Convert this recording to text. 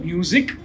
Music